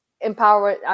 empower